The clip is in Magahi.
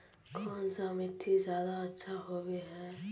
कौन सा मिट्टी ज्यादा अच्छा होबे है?